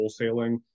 wholesaling